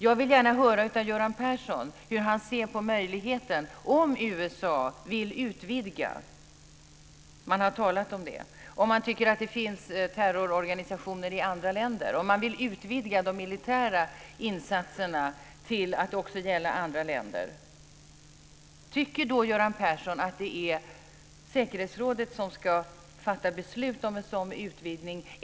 Jag vill gärna höra av Göran Persson hur han ser på möjligheten, om USA tycker att det finns terrororganisationer i andra länder, att utvidga de militära insatserna - man har talat om det - till att också gälla andra länder. Tycker Göran Persson att det är säkerhetsrådet som ska fatta beslut om en sådan utvidgning?